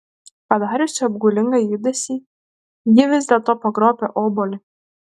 padariusi apgaulingą judesį ji vis dėlto pagrobia obuolį